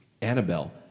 Annabelle